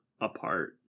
apart